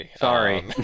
sorry